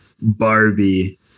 Barbie